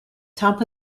top